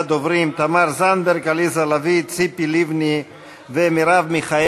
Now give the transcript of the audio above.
הפעולה של יחידת הסמך בתי-הדין הרבניים ממשרד המשפטים למשרד לשירותי דת.